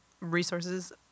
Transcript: resources